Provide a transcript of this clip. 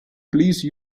please